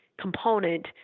component